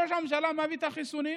ראש הממשלה מביא את החיסונים,